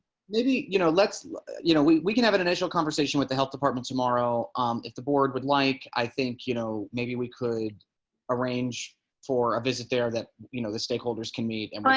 maybe you know let's you know we we can have an initial conversation with the health department tomorrow um if the board would like, i think, you know, maybe we could arrange for a visit there that you know the stakeholders can meet um ronnie